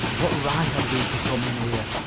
what right had we to come in here?